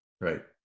Right